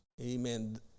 Amen